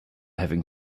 having